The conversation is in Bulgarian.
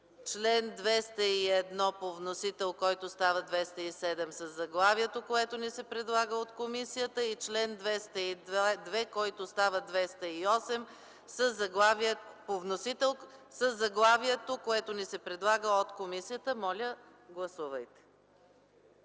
чл. 201 по вносител, който става чл. 207, със заглавието, което ни се предлага от комисията, и чл. 202, който става чл. 208 със заглавието, което ни се предлага от комисията. Моля, гласувайте.